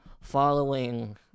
following